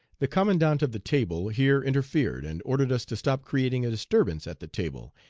the commandant of the table here interfered and ordered us to stop creating a disturbance at the table,